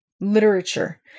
literature